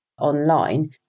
online